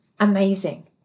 amazing